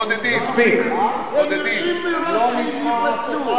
בודדים, כי הם יודעים מראש שהם ייפסלו.